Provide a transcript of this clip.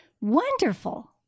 wonderful